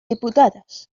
diputades